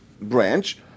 branch